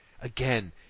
again